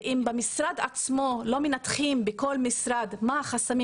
ואם במשרד עצמו לא מנתחים בכל משרד מה החסמים